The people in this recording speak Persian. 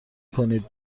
کنید